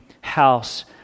house